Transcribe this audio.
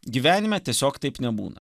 gyvenime tiesiog taip nebūna